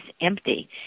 empty